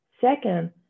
Second